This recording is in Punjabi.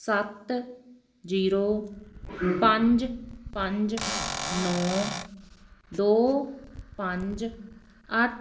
ਸੱਤ ਜੀਰੋ ਪੰਜ ਪੰਜ ਨੌਂ ਦੋ ਪੰਜ ਅੱਠ